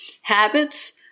Habits